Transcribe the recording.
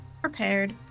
prepared